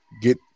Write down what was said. get